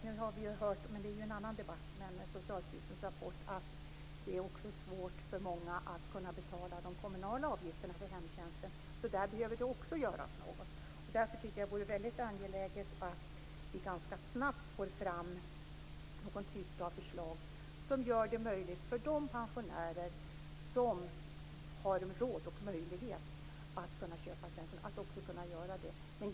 Nu har vi hört, även om det är en annan debatt, av Socialstyrelsens rapport att det också är svårt för många att kunna betala de kommunala avgifterna för hemtjänsten. Där behöver det också göras något. Det är angeläget att vi ganska snabbt får fram någon typ av förslag som gör det möjligt för de pensionärer som har råd att köpa tjänsten att också göra det.